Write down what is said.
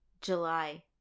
July